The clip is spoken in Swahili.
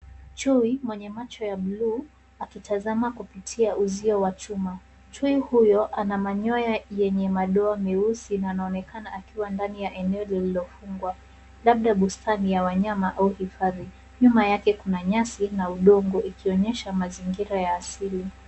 Chui mwenye macho ya bluu akitazama kupitia uzio wa chuma. Chui huyo ana manyoya yenye madoa meusi na anaonekana akiwa ndani ya eneo lililofungwa, labda bustani ya wanyama au hifadhi. Nyuma yake kuna nyasi na udongo ikionyesha mazingira ya asili.